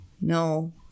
no